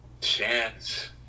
Chance